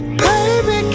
baby